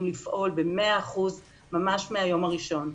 לפעול ב-100 אחוזים ממש מהיום הראשון.